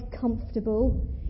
comfortable